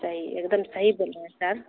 صحیح ایک دم صحیح بول رہے ہیں سر